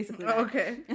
Okay